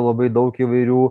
labai daug įvairių